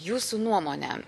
jūsų nuomone